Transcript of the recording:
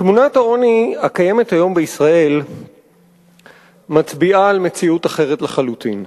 תמונת העוני הקיימת היום בישראל מצביעה על מציאות אחרת לחלוטין.